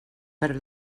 per